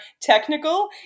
technical